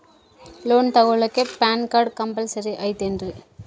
Loan ತೊಗೊಳ್ಳಾಕ PAN card compulsory ಐಯ್ತೇನ್ರಿ?